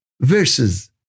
verses